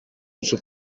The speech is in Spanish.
uso